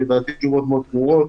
לדעתי, התשובות מאוד ברורות.